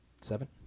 Seven